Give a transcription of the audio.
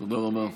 תודה רבה.